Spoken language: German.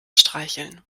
streicheln